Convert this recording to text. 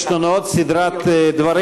יש לנו עוד סדרת דברים.